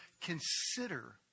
consider